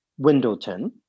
Windleton